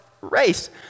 race